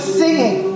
singing